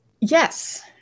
Yes